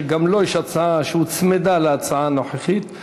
שיש לו הצעה שהוצמדה להצעה הנוכחית,